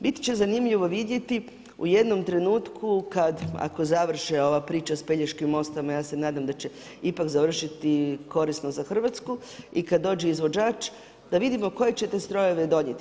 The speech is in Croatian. Bit će zanimljivo vidjeti u jednom trenutku kada ako završi ova priča sa Pelješkim mostom, a ja se nadam da će ipak završiti korisno za Hrvatsku i kada dođe izvođač da vidimo koje ćete strojeve donijeti.